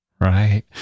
Right